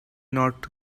not